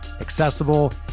accessible